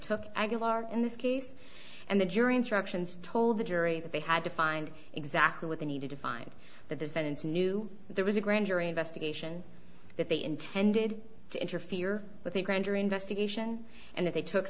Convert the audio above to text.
aguilar in this case and the jury instructions told the jury that they had to find exactly what they needed to find the defendants knew there was a grand jury investigation that they intended to interfere with the grand jury investigation and if they took